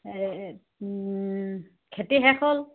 খেতি শেষ হ'ল